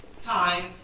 time